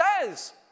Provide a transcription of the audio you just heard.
says